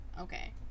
Okay